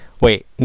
Wait